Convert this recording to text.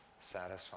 satisfying